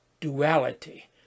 duality